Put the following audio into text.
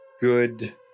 good